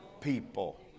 people